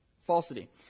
falsity